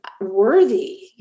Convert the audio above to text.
worthy